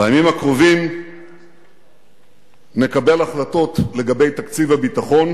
בימים הקרובים נקבל החלטות לגבי תקציב הביטחון